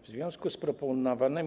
Jeśli chodzi o proponowane